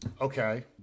okay